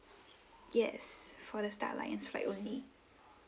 yes for the star alliance flight only